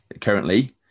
currently